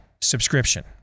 subscription